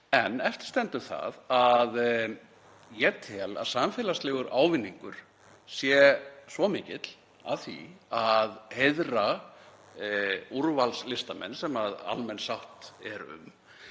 en eftir stendur það að ég tel að samfélagslegur ávinningur sé svo mikill af því að heiðra úrvalslistamenn sem almenn sátt er um,